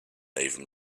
even